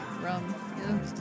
Rum